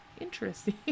interesting